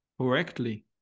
correctly